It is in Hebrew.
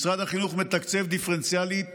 משרד החינוך מתקצב דיפרנציאלית